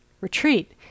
retreat